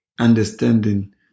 Understanding